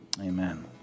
amen